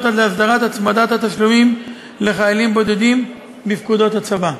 להסדרת הצמדת התשלומים לחיילים בודדים בפקודות הצבא.